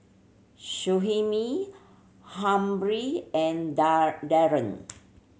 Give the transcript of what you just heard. Shyheim Humphrey and Darren